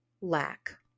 lack